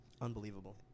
Unbelievable